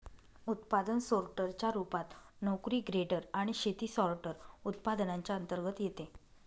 उत्पादन सोर्टर च्या रूपात, नोकरी ग्रेडर आणि शेती सॉर्टर, उत्पादनांच्या अंतर्गत येते